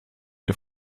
der